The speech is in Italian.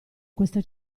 questa